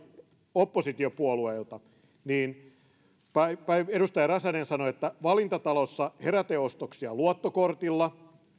oppositiopuolueilta niin edustaja räsänen sanoi että valintatalossa heräteostoksia luottokortilla